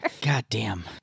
Goddamn